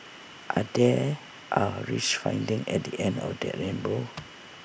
and there are rich findings at the end of that rainbow